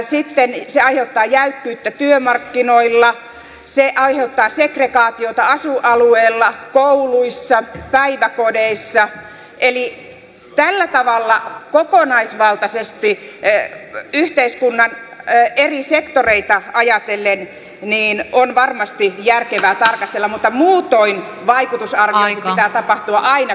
sitten se aiheuttaa jäykkyyttä työmarkkinoilla se aiheuttaa segregaatiota asuinalueilla kouluissa päiväkodeissa eli tällä tavalla kokonaisvaltaisesti yhteiskunnan eri sektoreita ajatellen on varmasti järkevää tarkastella mutta muutoin vaikutusarvioinnin pitää tapahtua aina kun lainsäädäntöä tehdään